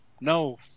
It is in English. no